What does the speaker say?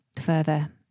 further